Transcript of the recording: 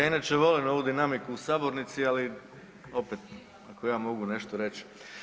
Ja inače volim ovu dinamiku u sabornici, ali opet ako ja mogu nešto reć.